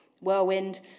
whirlwind